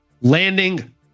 Landing